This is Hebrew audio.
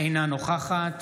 אינה נוכחת